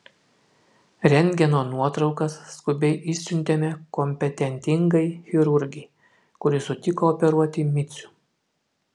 rentgeno nuotraukas skubiai išsiuntėme kompetentingai chirurgei kuri sutiko operuoti micių